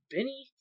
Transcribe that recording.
Benny